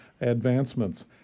advancements